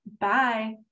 Bye